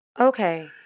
Okay